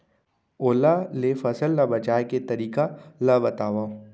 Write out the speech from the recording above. ओला ले फसल ला बचाए के तरीका ला बतावव?